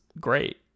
great